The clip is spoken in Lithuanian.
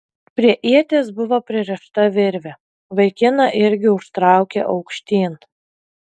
prie ieties buvo pririšta virvė vaikiną irgi užtraukė aukštyn